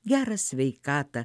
gerą sveikatą